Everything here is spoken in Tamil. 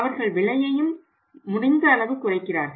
அவர்கள் விலையையும் முடிந்த அளவு குறைக்கிறார்கள்